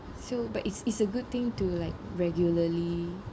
so but it's it's a good thing to like regularly